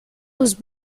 was